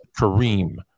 Kareem